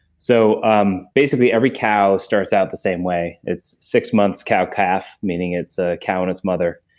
so um basically every cow starts out the same way. it's six months cow calf, meaning it's a cow and it's mother,